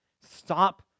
Stop